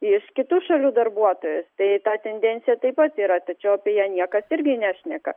iš kitų šalių darbuotoju tai ta tendencija taip pat yra tačiau apie ją niekas irgi nešneka